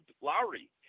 Lowry